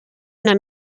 una